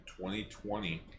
2020